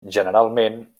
generalment